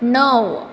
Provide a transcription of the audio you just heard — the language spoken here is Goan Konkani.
णव